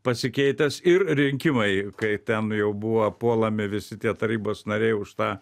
pasikeitęs ir rinkimai kai ten jau buvo puolami visi tie tarybos nariai už tą